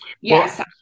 Yes